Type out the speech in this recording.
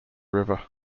river